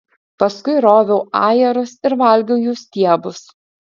paskui roviau ajerus ir valgiau jų stiebus